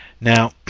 Now